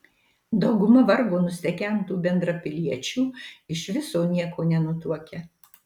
dauguma vargo nustekentų bendrapiliečių iš viso nieko nenutuokia